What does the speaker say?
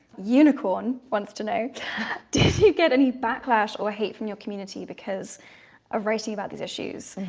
unicorn wants to know did you get any backlash or hate from your community because of writing about these issues?